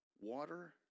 water